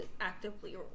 actively